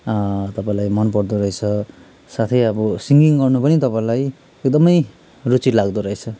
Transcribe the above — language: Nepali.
तपाईँलाई मनपर्दो रहेछ साथै अब सिङ्गगिङ्ग गर्नु पनि तपाईँलाई एकदमै रुचि लाग्दोरहेछ